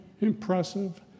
impressive